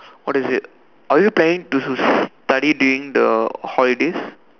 what is it are you planning to stu~ study during the holidays